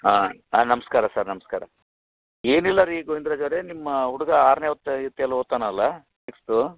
ಹಾಂ ಹಾಂ ನಮಸ್ಕಾರ ಸರ್ ನಮಸ್ಕಾರ ಏನಿಲ್ಲ ರೀ ಗೋವಿಂದರಾಜ್ ಅವರೇ ನಿಮ್ಮ ಹುಡ್ಗ ಆರನೇ ತರ್ಗತಿಯಲ್ಲಿ ಓದ್ತಾನಲ್ಲ ಸಿಕ್ಸ್ತು